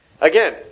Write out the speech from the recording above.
Again